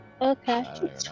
Okay